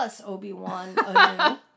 Obi-Wan